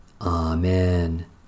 Amen